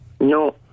No